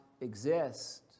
exist